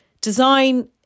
design